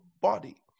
body